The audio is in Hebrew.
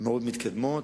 מאוד מתקדם.